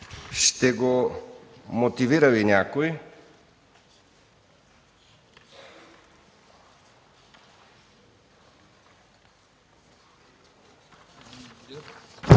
Ще го мотивира ли някой?